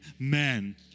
Amen